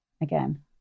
again